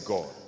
God